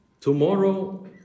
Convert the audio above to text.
tomorrow